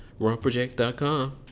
runproject.com